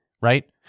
right